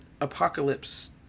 apocalypse